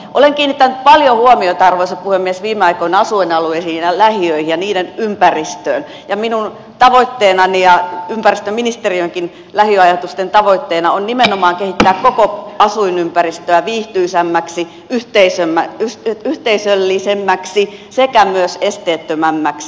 olen kiinnittänyt paljon huomiota arvoisa puhemies viime aikoina asuinalueisiin ja lähiöihin ja niiden ympäristöön ja minun tavoitteenani ja ympäristöministeriönkin lähiöajatusten tavoitteena on nimenomaan kehittää koko asuinympäristöä viihtyisämmäksi yhteisöllisemmäksi sekä myös esteettömämmäksi